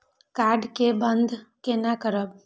Card के बन्द केना करब?